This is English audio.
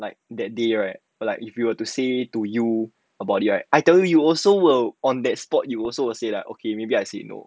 like that day right like if you were to say to you about it I tell you also will on that spot you also will say like okay maybe I say no